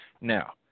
Now